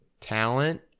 talent